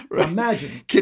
imagine